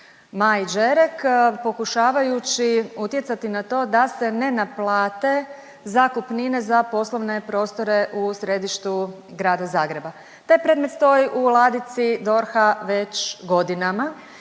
Maji Đerek pokušavajući utjecati na to da se ne naplate zakupnine za poslovne prostore u središtu grada Zagreba. Taj predmet stoji u ladici DORH-a već godinama